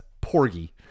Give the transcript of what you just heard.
Porgy